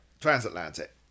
transatlantic